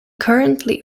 currently